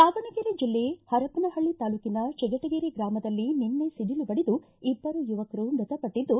ದಾವಣಗೆರೆ ಜಿಲ್ಲೆ ಹರಪನಹಳ್ಳಿ ತಾಲ್ಲೂಕಿನ ಚಿಗಟೇರಿ ಗ್ರಾಮದಲ್ಲಿ ನಿನ್ನೆ ಸಿಡಿಲು ಬಡಿದು ಇಬ್ಬರು ಯುವಕರು ಮೃತಪಟ್ಟದ್ದು